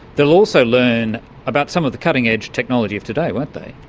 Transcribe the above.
they will also learn about some of the cutting-edge technology of today, won't they.